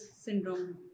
syndrome